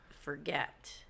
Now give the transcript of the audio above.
forget